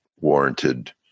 warranted